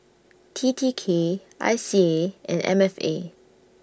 T T K I C A and M F A